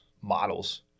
models